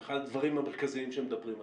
אחד הדברים המרכזיים שמדברים עליהם.